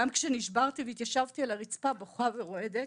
גם כאשר נשברתי והתיישבתי על הרצפה בוכה ורועדת,